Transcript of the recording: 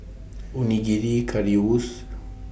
Onigiri Currywurst